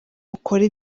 ukore